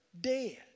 dead